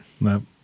No